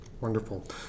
Wonderful